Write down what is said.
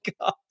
God